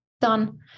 done